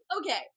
okay